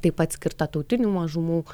taip pat skirtą tautinių mažumų